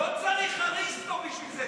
לא צריך אריסטו בשביל זה,